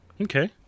Okay